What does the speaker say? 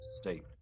state